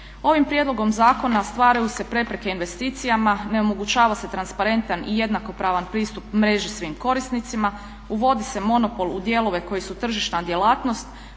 Ovim prijedlogom zakona stvaraju se prepreke investicijama, ne omogućava se transparentan i jednakopravan pristup mreži svim korisnicima, uvodi se monopol u dijelove koji su tržišna djelatnost,